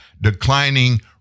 declining